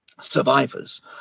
survivors